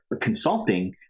consulting